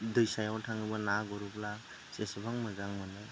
दैसायाव थांना ना गुरोब्ला जेसेबां मोजां मोनो